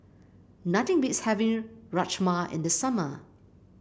nothing beats having Rajma in the summer